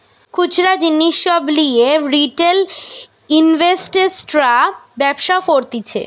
খুচরা জিনিস সব লিয়ে রিটেল ইনভেস্টর্সরা ব্যবসা করতিছে